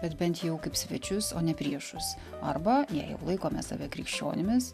bet bent jau kaip svečius o ne priešus arba jei laikome save krikščionimis